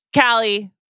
Callie